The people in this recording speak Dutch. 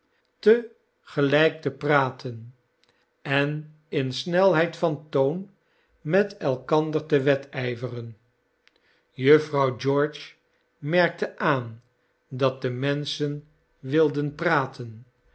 te gelijk te praten en in snelheid van toon met elkander te wedijveren jufvrouw george merkte aan dat de menschen wilden praten